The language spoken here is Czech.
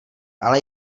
ale